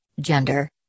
gender